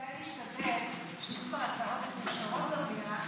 כדאי להשתדל שאם כבר הצעות מאושרות במליאה